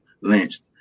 lynched